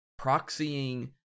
proxying